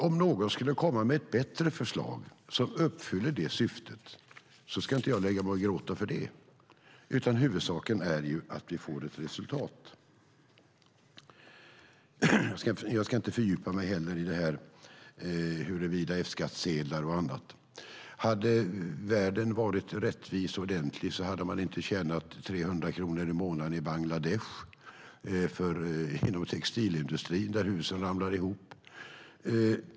Om någon skulle komma med ett bättre förslag som uppfyller det syftet ska jag inte gråta för det, utan huvudsaken är att vi får ett resultat. Jag ska inte fördjupa mig i F-skattsedlar. Hade världen varit rättvis och ordentlig hade man inte inom textilindustrin tjänat 300 kronor i månaden i Bangladesh där husen ramlar ihop.